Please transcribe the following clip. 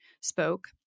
spoke